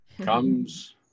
comes